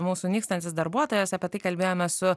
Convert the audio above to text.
mūsų nykstantis darbuotojas apie tai kalbėjome su